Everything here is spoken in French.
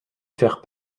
faire